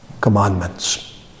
commandments